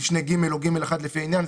משנה (ג) או (ג1), לפי העניין".